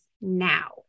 now